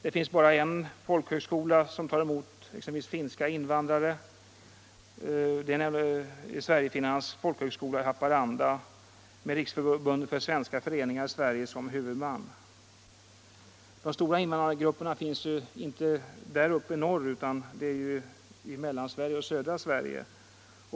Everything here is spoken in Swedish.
F. n. finns bara en folkhögskola, som tar emot finska invandrare, nämligen Sverigefinnarnas folkhögskola i Haparanda, med Riksförbundet för finska föreningar i Sverige som huvudman. De stora invandrargrupperna finns dock inte där uppe i norr utan i Mellansverige och i södra Sverige.